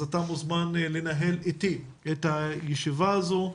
אז אתה מוזמן לנהל איתי את הישיבה הזו.